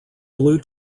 blue